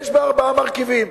יש בה ארבעה מרכיבים: